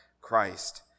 Christ